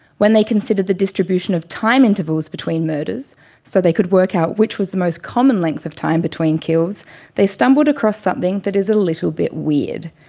when they considered the distribution of time intervals between murders so they could work out which was the most common length of time between kills they stumbled across something that is a little bit weird.